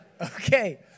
Okay